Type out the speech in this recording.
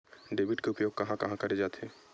Debit के उपयोग कहां कहा करे जाथे?